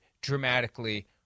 dramatically